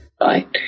right